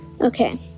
Okay